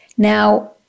Now